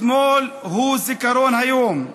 אתמול הוא זיכרון היום,